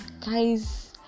guys